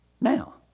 Now